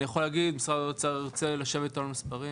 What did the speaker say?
אם משרד האוצר ירצה לשבת איתנו על מספרים